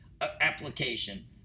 application